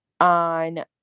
on